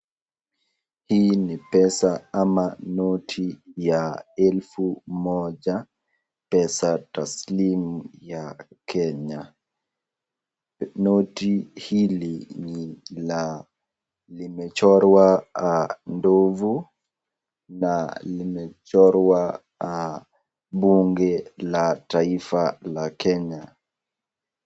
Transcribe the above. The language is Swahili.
Hii ni pesa ama noti ya helfu moja. Pesa taslimu ya Kenya. Noti hili ni la limechorwa ndovu na limechorwa bunge la taifa la Kenya.